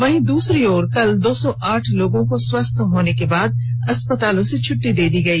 वहीं दूसरी ओर कल दो सौ आठ लोगों को स्वस्थ होने के बाद अस्पतालों से छुट्टी दे दी गई